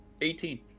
18